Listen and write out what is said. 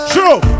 True